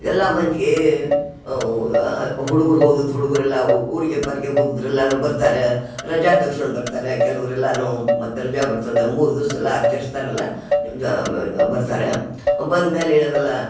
ಎಲ್ಲ ಮಂದಿಗೆ ಹುಡುಗರು ಹೋಗ ಹುಡುಗುರೆಲ್ಲ ಊರಿಗೆ ಪರಿಗೆ ಹೋದುದರೆಲ್ಲಾನು ಬರ್ತಾರೆ ರಜ ತೆಗಿಸ್ಕೊಂಡು ಬರ್ತಾರೆ ಕೆಲವ್ರೆಲ್ಲನು ಮತ್ತೆ ರಜ ಬರ್ತದ ಮೂರು ದಿವ್ಸೆಲ್ಲ ಆಚರಿಸ್ತಾರಲ್ಲ ಬರ್ತಾರೆ ಬಂದ್ಮೇಲೆ ಏನದೆಲ್ಲ